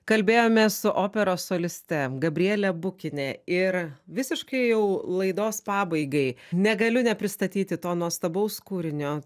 kalbėjomės su operos soliste gabriele bukine ir visiškai jau laidos pabaigai negaliu nepristatyti to nuostabaus kūrinio